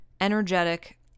energetic